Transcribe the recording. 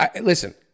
Listen